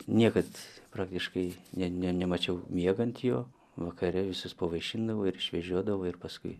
niekad praktiškai ne nemačiau miegant jo vakare visus pavaišindavo ir išvežiodavo ir paskui